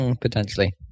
potentially